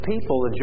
people